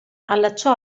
allacciò